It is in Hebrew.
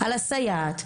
על הסייעת,